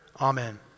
Amen